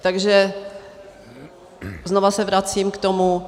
Takže znovu se vracím k tomu.